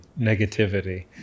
negativity